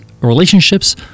relationships